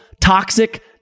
toxic